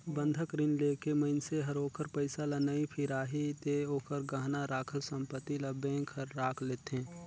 बंधक रीन लेके मइनसे हर ओखर पइसा ल नइ फिराही ते ओखर गहना राखल संपति ल बेंक हर राख लेथें